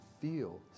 feel